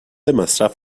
مصرف